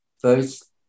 first